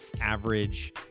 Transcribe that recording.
average